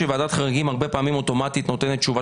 שוועדת חריגים הרבה פעמים אוטומטית נותנת תשובה